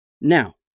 Now